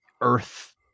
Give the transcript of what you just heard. Earth